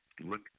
look